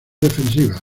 defensivas